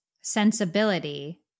sensibility